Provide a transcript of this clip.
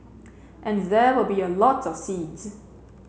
and there will be a lot of seeds